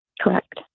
Correct